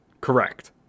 Correct